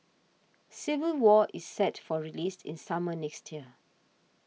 Civil War is set for release in summer next year